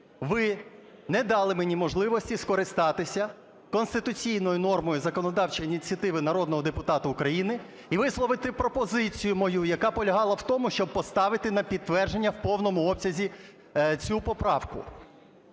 ви не дали мені можливості скористатися конституційною нормою законодавчої ініціативи народного депутата України і висловити пропозицію мою, яка полягала в тому, щоб поставити на підтвердження в повному обсязі цю поправку.